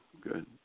Good